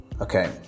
Okay